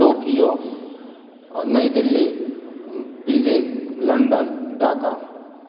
Tokyo New Delhi Beijing London Dhaka